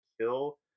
kill